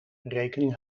rekening